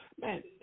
man